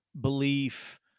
belief